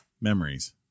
Memories